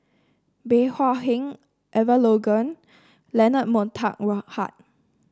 Bey Hua Heng Elangovan Leonard Montague Harrod